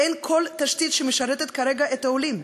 אין כל תשתית שמשרתת כרגע את העולים.